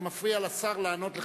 אתה מפריע לשר לענות לחברי הכנסת.